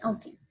Okay